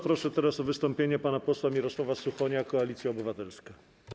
Proszę teraz o wystąpienie pana posła Mirosława Suchonia, Koalicja Obywatelska.